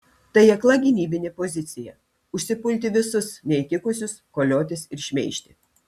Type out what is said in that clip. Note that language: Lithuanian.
tai akla gynybinė pozicija užsipulti visus neįtikusius koliotis ir šmeižti